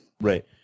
Right